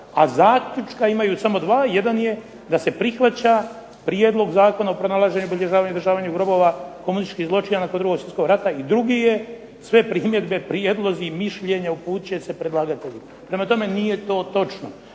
a zaključka imaju samo 2. Jedan je da se prihvaća prijedlog Zakona o pronalaženju, obilježavanju i održavanju grobova žrtava komunističkih zločina nakon 2. svjetskog rata i drugi je sve primjedbe, prijedlozi i mišljenja uputit će se predlagatelju. Prema tome nije to točno.